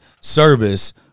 service